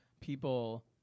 people